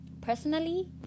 Personally